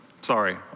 sorry